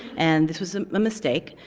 and this was a mistake.